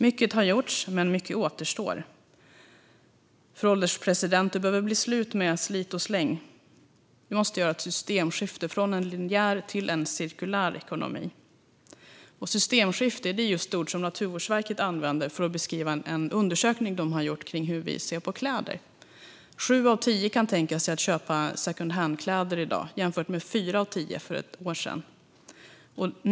Mycket har gjorts, men mycket återstår. Fru ålderspresident! Det behöver bli slut på slit-och-släng. Vi måste göra ett systemskifte från en linjär till en cirkulär ekonomi. Systemskifte är just det ord Naturvårdsverket använder för att beskriva en undersökning de har gjort om hur vi ser på kläder. Sju av tio kan tänka sig att köpa secondhandkläder i dag, jämfört med fyra av tio för ett år sedan.